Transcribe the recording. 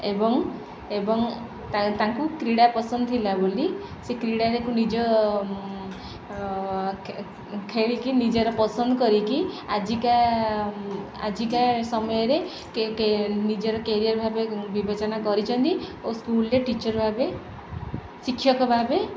ଏବଂ ଏବଂ ତାଙ୍କୁ କ୍ରୀଡ଼ା ପସନ୍ଦ ଥିଲା ବୋଲି ସେ କ୍ରୀଡ଼ାରେ ନିଜ ଖେଳିକି ନିଜର ପସନ୍ଦ କରିକି ଆଜିକା ଆଜିକା ସମୟରେ ନିଜରକ୍ୟାରିୟର୍ ଭାବେ ବିବେଚନା କରିଛନ୍ତି ଓ ସ୍କୁଲ୍ରେ ଟିଚର୍ ଭାବେ ଶିକ୍ଷକ ଭାବେ